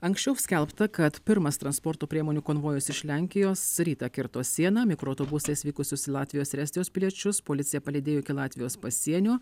anksčiau skelbta kad pirmas transporto priemonių konvojus iš lenkijos rytą kirto sieną mikroautobusais vykusius ir latvijos ir estijos piliečius policija palydėjo iki latvijos pasienio